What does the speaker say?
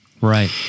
Right